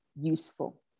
useful